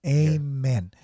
amen